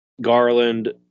Garland